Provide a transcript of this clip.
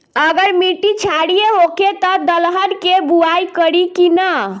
अगर मिट्टी क्षारीय होखे त दलहन के बुआई करी की न?